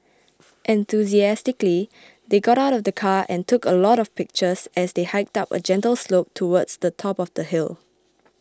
enthusiastically they got out of the car and took a lot of pictures as they hiked up a gentle slope towards the top of the hill